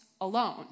alone